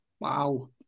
Wow